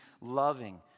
loving